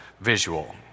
visual